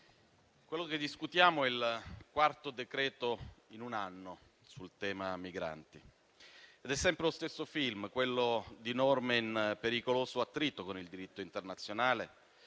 quello che discutiamo è il quarto decreto-legge in un anno sul tema migranti ed è sempre lo stesso film, quello di norme in pericoloso attrito con il diritto internazionale,